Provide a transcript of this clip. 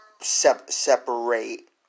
separate